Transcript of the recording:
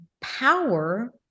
power